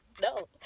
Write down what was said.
No